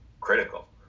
critical